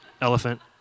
Elephant